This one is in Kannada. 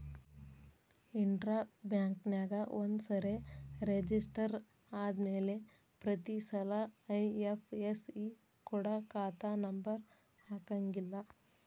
ಇಂಟ್ರಾ ಬ್ಯಾಂಕ್ನ್ಯಾಗ ಒಂದ್ಸರೆ ರೆಜಿಸ್ಟರ ಆದ್ಮ್ಯಾಲೆ ಪ್ರತಿಸಲ ಐ.ಎಫ್.ಎಸ್.ಇ ಕೊಡ ಖಾತಾ ನಂಬರ ಹಾಕಂಗಿಲ್ಲಾ